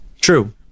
True